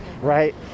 Right